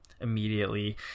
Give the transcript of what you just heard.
immediately